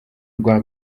rwa